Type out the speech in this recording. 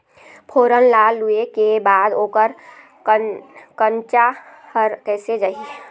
फोरन ला लुए के बाद ओकर कंनचा हर कैसे जाही?